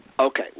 Okay